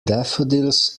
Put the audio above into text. daffodils